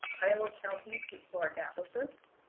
iowa counties historic atlases,